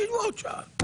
שיישבו עוד שעה.